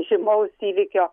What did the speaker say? žymaus įvykio